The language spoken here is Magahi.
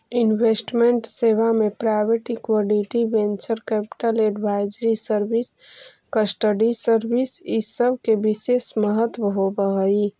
इन्वेस्टमेंट सेवा में private equity, venture capital, advisory service, custody service इ सब के विशेष महत्व होवऽ हई